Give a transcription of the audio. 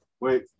Wait